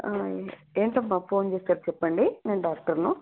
ఏంటి అమ్మ ఫోన్ చేసారు చెప్పండి నేను డాక్టర్ను